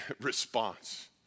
response